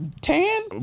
tan